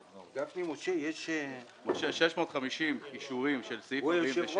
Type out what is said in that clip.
גפני, של סעיף 46